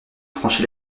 franchit